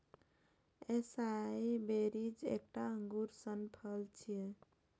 एसाई berries एकटा अंगूर सन फल छियै